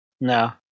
No